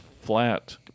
flat